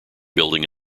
building